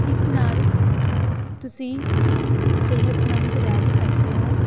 ਇਸ ਨਾਲ ਤੁਸੀਂ ਸਿਹਤਮੰਦ ਰਹਿ ਵੀ ਸਕਦੇ ਹੋ